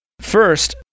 First